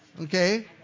Okay